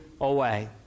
away